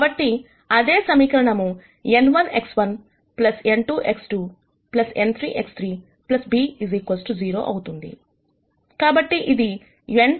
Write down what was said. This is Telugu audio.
కాబట్టి అదే సమీకరణం n1 X1 n2 X2 n3 X3 b 0 అవుతుంది